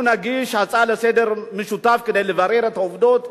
אנחנו נגיש הצעה לסדר-היום משותפת כדי לברר את העובדות,